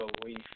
belief